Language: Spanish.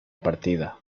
partida